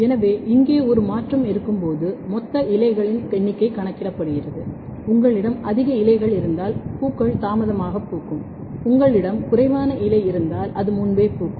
எனவே இங்கே ஒரு மாற்றம் இருக்கும்போது மொத்த இலைகளின் எண்ணிக்கை கணக்கிடப்படுகிறது உங்களிடம் அதிக இலைகள் இருந்தால் பூக்கள் தாமதமாக பூக்கும் உங்களிடம் குறைவான இலை இருந்தால் அது முன்பே பூக்கும்